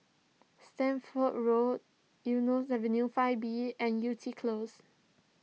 Stamford Road Eunos Avenue five b and Yew Tee Close